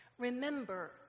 Remember